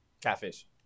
Catfish